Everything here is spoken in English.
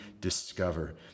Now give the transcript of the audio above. discover